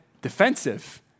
defensive